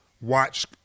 watch –